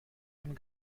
von